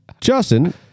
Justin